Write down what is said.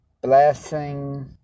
blessing